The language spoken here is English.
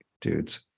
dudes